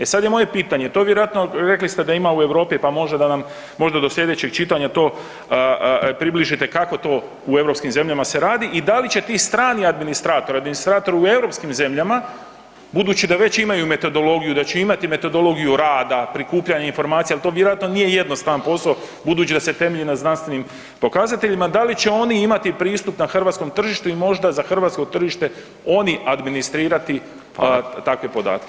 E sad je moje pitanje, to je vjerojatno, rekli ste da ima u Europi, pa možda da nam možda do slijedećeg čitanja to približite kako to u europskim zemljama se radi i da li će ti strani administratori, administratori u europskim zemljama, budući da već imaju metodologiju, da će imati metodologiju rada prikupljanje informacija jer vjerojatno nije jednostavan posao, budući da se temelji na znanstvenim pokazateljima, da li će oni imati pristup na hrvatskom tržištu i možda za hrvatsko tržište oni administrirati takve podatke.